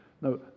No